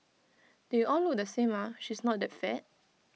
they all look the same ah she's not that fat